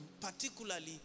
particularly